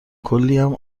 کلیم